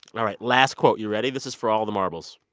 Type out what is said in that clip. all right, last quote. you ready? this is for all the marbles.